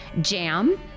Jam